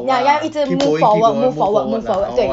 ya 要一直 move forward move forward move forward 对